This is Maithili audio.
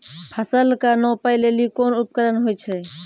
फसल कऽ नापै लेली कोन उपकरण होय छै?